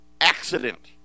accident